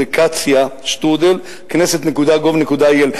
זה catzya@knesset.gov.il.